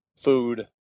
food